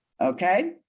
okay